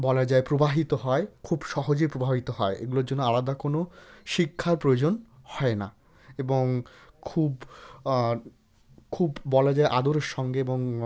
বলা যায় প্রবাহিত হয় খুব সহজে প্রবাহিত হয় এগুলোর জন্য আলাদা কোনও শিক্ষার প্রয়োজন হয় না এবং খুব খুব বলা যায় আদরের সঙ্গে এবং